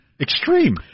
extreme